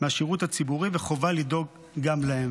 מהשירות הציבורי, וחובה לדאוג גם להם.